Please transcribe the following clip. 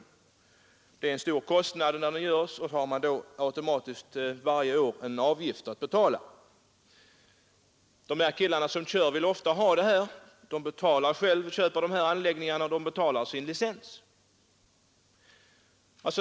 Det innebär en stor kostnad, och dessutom har man automatiskt en avgift att betala varje år. De som kör vill ofta ha en sådan här radio. De betalar själva anläggningarna och de betalar sin licens.